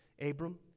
Abram